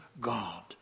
God